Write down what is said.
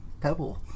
pebble